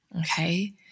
Okay